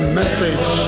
message